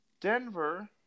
Denver